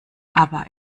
aber